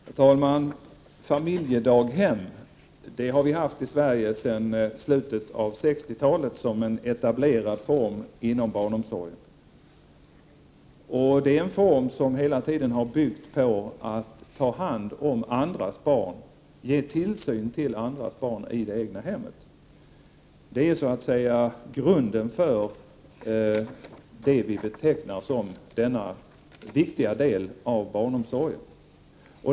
Herr talman! Familjedaghem har vi haft i Sverige sedan slutet av 1960-talet som en etablerad form inom barnomsorgen. Det är en form som hela tiden har byggt på att ta hand om andras barn, ge tillsyn till andras barn i det egna hemmet. Det är så att säga grunden för det vi betecknar som denna viktiga del av barnomsorgen.